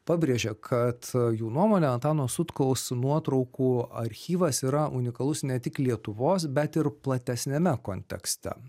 pabrėžė kad jų nuomone antano sutkaus nuotraukų archyvas yra unikalus ne tik lietuvos bet ir platesniame kontekste